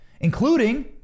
Including